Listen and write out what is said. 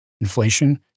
inflation